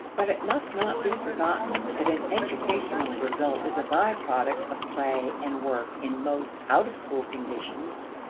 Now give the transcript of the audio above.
but it must not be forgotten that an educational result is a by-product of play and work in most out-of-school conditions.